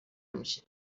میشه